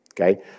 Okay